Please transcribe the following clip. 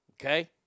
Okay